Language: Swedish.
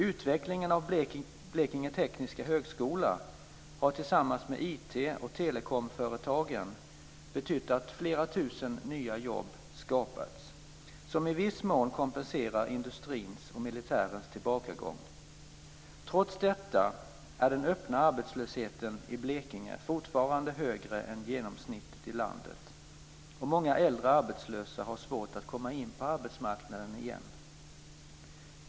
Utvecklingen av Blekinge Tekniska Högskola har tillsammans med IT och telekomföretagen betytt att flera tusen nya jobb skapats som i viss mån kompenserar industrins och militärens tillbakagång. Trots detta är den öppna arbetslösheten i Blekinge fortfarande högre än genomsnittet i landet, och många äldre arbetslösa har svårt att komma in på arbetsmarknaden igen.